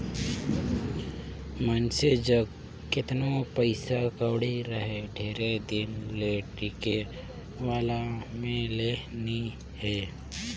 मइनसे जग केतनो पइसा कउड़ी रहें ढेर दिन ले टिके वाला में ले नी हे